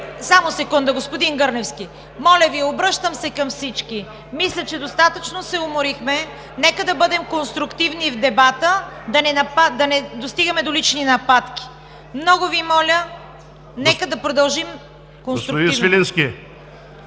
(Шум, възгласи, реплики.) Колеги, моля Ви, обръщам се към всички – мисля, че достатъчно се уморихме, нека да бъдем конструктивни в дебата. Да не достигаме до лични нападки. Много Ви моля, нека да продължим конструктивно.